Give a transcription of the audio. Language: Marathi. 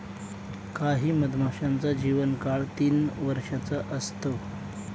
काही मधमाशांचा जीवन काळ तीन वर्षाचा असतो